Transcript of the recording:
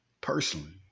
Personally